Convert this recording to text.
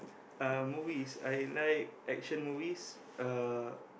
uh movies I like action movies uh